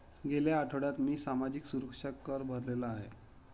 गेल्या आठवड्यात मी सामाजिक सुरक्षा कर भरलेला आहे